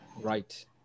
right